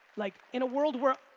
like, in a world where,